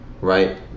right